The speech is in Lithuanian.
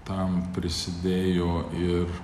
tam prisidėjo ir